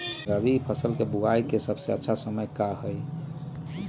रबी फसल के बुआई के सबसे अच्छा समय का हई?